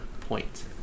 point